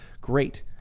great